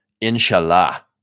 inshallah